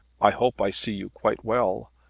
i hope i see you quite well.